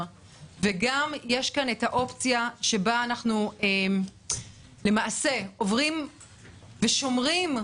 וגם יש כאן אופציה שאנחנו למעשה שומרים,